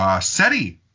SETI